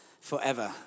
forever